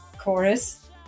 chorus